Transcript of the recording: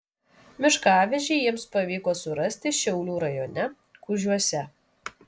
miškavežį jiems pavyko surasti šiaulių rajone kužiuose